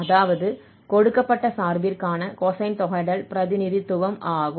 அதாவது கொடுக்கப்பட்ட சர்ப்பிற்கான கொசைன் தொகையிடல் பிரதிநிதித்துவம் ஆகும்